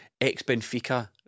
ex-Benfica